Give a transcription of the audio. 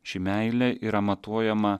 ši meilė yra matuojama